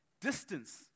distance